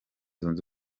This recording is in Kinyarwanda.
zunze